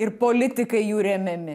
ir politikai jų remiami